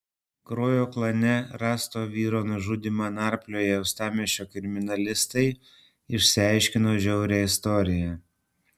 kraujo klane rasto vyro nužudymą narplioję uostamiesčio kriminalistai išsiaiškino žiaurią istoriją